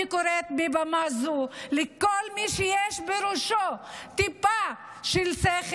אני קוראת מעל במה זו לכל מי שיש בראשו טיפת שכל,